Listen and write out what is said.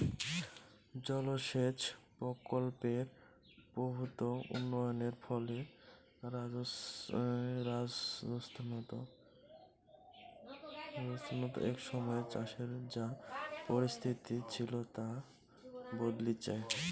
জলসেচ প্রকল্পের প্রভূত উন্নয়নের ফলে রাজস্থানত এক সময়ে চাষের যা পরিস্থিতি ছিল তা বদলিচে